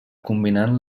combinant